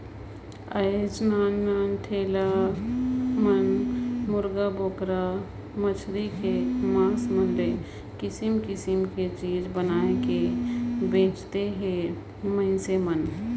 आयज नान नान ठेला मन मुरगा, बोकरा, मछरी के मास मन ले किसम किसम के चीज बनायके बेंचत हे मइनसे मन